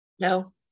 No